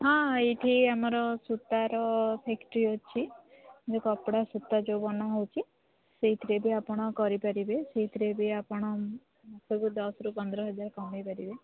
ହଁ ଏଇଠି ଆମର ସୂତାର ଫାକ୍ଟ୍ରି ଅଛି ଯେଉଁ କପଡ଼ା ସୂତା ଯେଉଁ ବନାହେଉଛି ସେଇଥିରେ ବି ଆପଣ କରିପାରିବେ ସେଇଥିରେ ବି ଆପଣ ମାସକୁ ଦଶରୁ ପନ୍ଦର ହଜାର କମେଇ ପାରିବେ